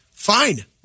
Fine